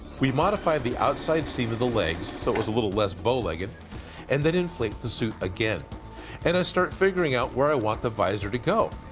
we modified the outside seam of the legs, so it was a little less bowlegged and then inflate the suit again and i start figuring out where i want the visor to go.